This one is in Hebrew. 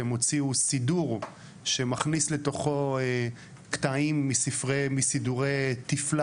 הם הוציאו סידור שמכניס לתוכו קטעים מסידורי התיפלה